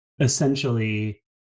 essentially